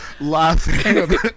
laughing